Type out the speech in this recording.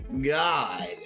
God